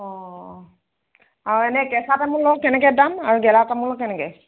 অ আৰু এনে কেঁচা তামোলৰ কেনেকৈ দাম আৰু গেলা তামোলৰ কেনেকৈ